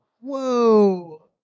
whoa